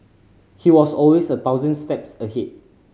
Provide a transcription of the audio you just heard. he was always a thousand steps ahead